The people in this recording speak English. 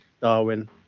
Darwin